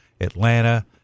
Atlanta